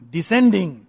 Descending